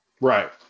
Right